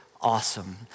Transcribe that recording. awesome